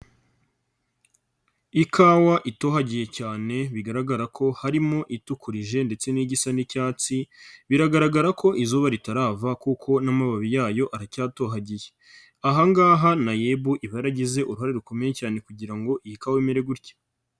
Ikawa itohagiye cyane bigaragara ko harimo itukurije ndetse n'igisa n'icyatsi biragaragara ko izuba ritarava kuko n'amababi yayo aracyatohagiye, aha ngaha NAEB iba yaragize uruhare rukomeye cyane kugira ngo iyi kawa imere gutya.